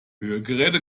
hörgeräte